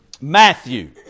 Matthew